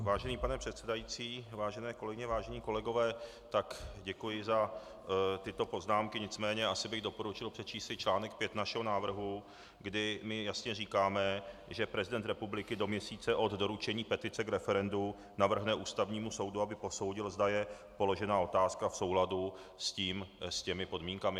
Vážený pane předsedající, vážené kolegyně, vážení kolegové, děkuji za tyto poznámky, nicméně bych asi doporučil přečíst si článek 5 našeho návrhu, kdy my jasně říkáme, že prezident republiky do měsíce od doručení petice k referendu navrhne Ústavnímu soudu, aby posoudil, zda je položená otázka v souladu s těmi podmínkami.